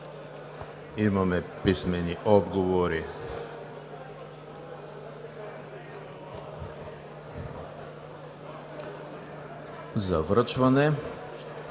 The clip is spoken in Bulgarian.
Имаме писмени отговори за връчване